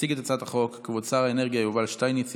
יציג את הצעת החוק כבוד שר האנרגיה יובל שטייניץ,